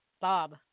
Bob